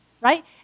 right